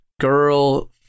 girl